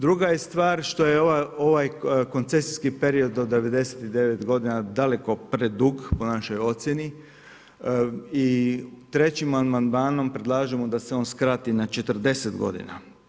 Druga je stvar što je ovaj koncesijski period do 99 godina daleko predug po našoj ocjeni i trećim amandmanom predlažemo da se on skrati na 40 godina.